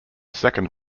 second